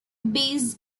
base